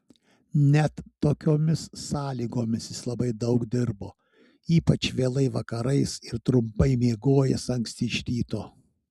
net tokiomis sąlygomis jis labai daug dirbo ypač vėlai vakarais ir trumpai miegojęs anksti iš ryto